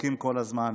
צועקים כל הזמן?